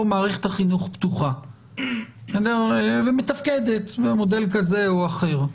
מערכת החינוך פתוחה ומתפקדת במודל כזה או אחר,